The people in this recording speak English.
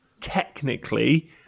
technically